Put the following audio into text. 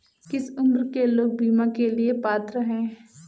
किस उम्र के लोग बीमा के लिए पात्र हैं?